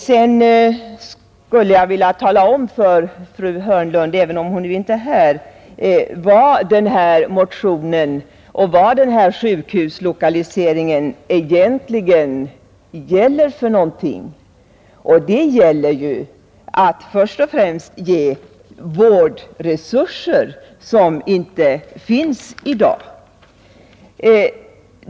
Vidare skulle jag vilja tala om för fru Hörnlund, även om hon nu inte är här, vad min motion och frågan om sjukhuslokaliseringen egentligen gäller, nämligen först och främst att ge vårdresurser, som inte finns i dag.